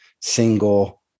single